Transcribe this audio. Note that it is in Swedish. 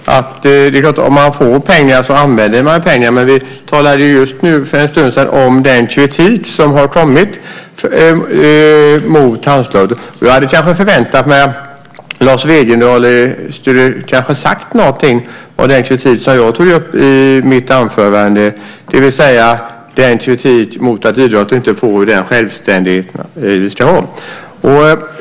Det är klart att om man får pengar använder man pengar, men vi talade för en stund sedan om den kritik som har kommit mot Handslaget. Jag hade kanske förväntat mig att Lars Wegendal hade sagt någonting om den kritik som jag tog upp i mitt anförande, det vill säga kritiken mot att idrotten inte får den självständighet den ska ha.